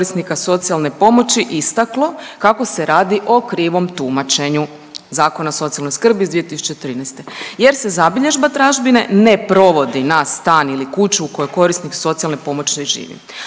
korisnika socijalne pomoći i istaklo kako se radi o krivom tumačenju Zakona o socijalnoj skrbi iz 2013. jer se zabilježba tražbine ne provodi na stan ili kuću u kojoj korisnik socijalne pomoći živi.